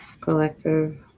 collective